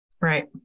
Right